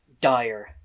dire